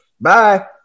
Bye